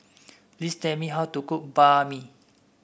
please tell me how to cook Banh Mi